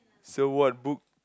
so what book